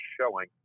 showing